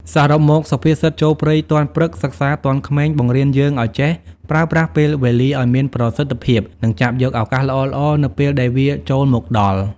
សរុបមក សុភាសិត ចូលព្រៃទាន់ព្រឹក សិក្សាទាន់ក្មេង បង្រៀនយើងឱ្យចេះ ប្រើប្រាស់ពេលវេលាឱ្យមានប្រសិទ្ធភាព និងចាប់យកឱកាសល្អៗនៅពេលដែលវាចូលមកដល់ ។